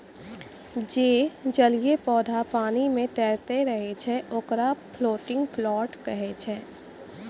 जे जलीय पौधा पानी पे तैरतें रहै छै, ओकरा फ्लोटिंग प्लांट कहै छै